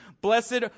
Blessed